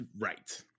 right